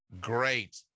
great